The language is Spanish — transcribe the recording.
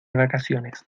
vacaciones